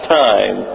time